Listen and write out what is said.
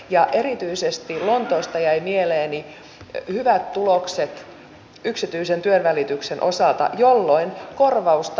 onko mahdollista että ennen sote uudistuksen loppuun viemistä voidaan nähdä yhtenäisiä potilasrekistereitä